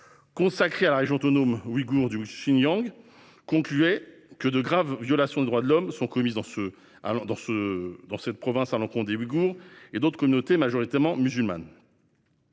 consacré à la région autonome ouïghoure du Xinjiang concluait que de « graves violations des droits de l'homme » étaient commises à l'encontre des Ouïghours et d'« autres communautés majoritairement musulmanes